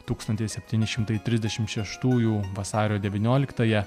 tūkstantis septyni šimtai trisdešim šeštųjų vasario devynioliktąją